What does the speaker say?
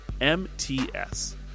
MTS